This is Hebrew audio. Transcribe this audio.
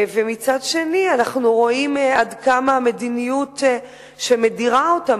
ומצד שני אנחנו רואים עד כמה המדיניות שמדירה אותם